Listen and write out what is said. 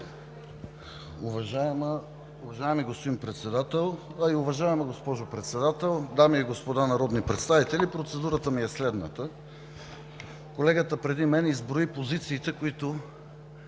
госпожо Председател, дами и господа народни представители! Процедурата ми е следната: колегата преди мен изброи позициите, които